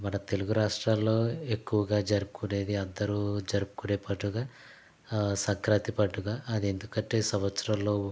మన తెలుగు రాష్ట్రాల్లో ఎక్కువగా జరుపుకునేది అందరు జరుపుకునే పండుగ సంక్రాంతి పండుగ అది ఎందుకంటే సంవత్సరంలో